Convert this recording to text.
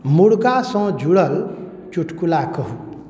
मुर्गासँ जुड़ल चुटकुला कहू